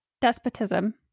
Despotism